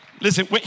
listen